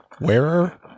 wearer